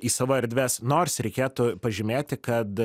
į savo erdves nors reikėtų pažymėti kad